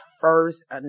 first